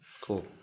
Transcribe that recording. Cool